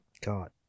God